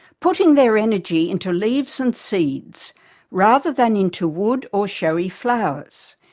putting their energy into leaves and seeds rather than into wood or showy flowers.